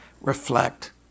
reflect